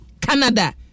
Canada